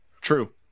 true